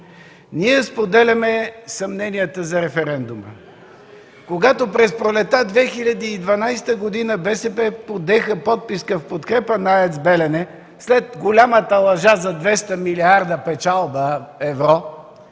Ние споделяме съмнението за референдума. Когато през пролетта на 2012 г. БСП подеха подписка в подкрепа на АЕЦ „Белене”, след голямата лъжа за 200 милиарда евро